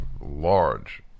large